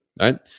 right